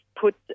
put